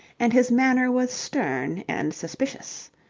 and his manner was stern and suspicious.